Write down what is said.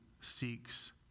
seeks